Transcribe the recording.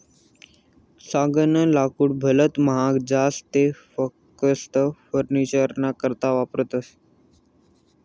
सागनं लाकूड भलत महाग जास ते फकस्त फर्निचरना करता वापरतस